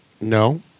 No